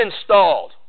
installed